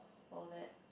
all that